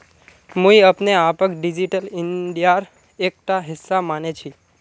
मुई अपने आपक डिजिटल इंडियार एकटा हिस्सा माने छि